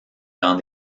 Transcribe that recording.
dans